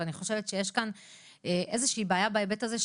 אני חושבת שיש כאן איזושהי בעיה בהיבט הזה,